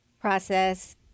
process